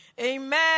Amen